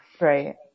right